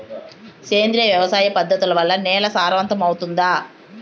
సేంద్రియ వ్యవసాయ పద్ధతుల వల్ల, నేల సారవంతమౌతుందా?